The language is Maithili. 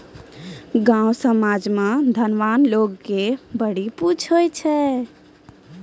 गाँव समाज मे धनवान लोग के बड़ी पुछ हुवै छै